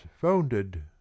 founded